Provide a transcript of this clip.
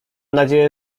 nadzieję